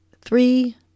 three